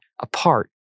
apart